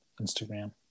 instagram